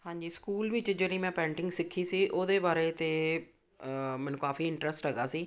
ਹਾਂਜੀ ਸਕੂਲ ਵਿੱਚ ਜਿਹੜੀ ਮੈਂ ਪੇਂਟਿੰਗ ਸਿੱਖੀ ਸੀ ਉਹਦੇ ਬਾਰੇ ਤਾਂ ਮੈਨੂੰ ਕਾਫੀ ਇੰਟਰਸਟ ਹੈਗਾ ਸੀ